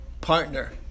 partner